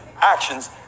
actions